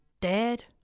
dead